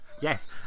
yes